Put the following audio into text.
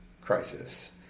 crisis